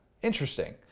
Interesting